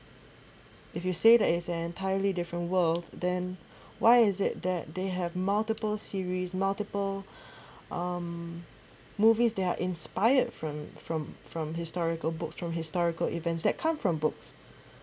if you say that is an entirely different world then why is it that they have multiple series multiple um movies that are inspired from from from historical books from historical events that come from books